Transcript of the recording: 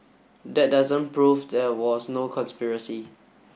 that doesn't prove there was no conspiracy